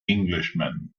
englishman